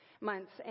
months